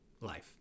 life